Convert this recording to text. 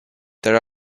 there